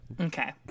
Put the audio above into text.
Okay